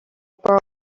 broke